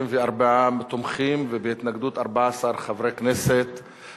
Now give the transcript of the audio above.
(מוסדות ציבוריים הפועלים לעידוד התיישבות),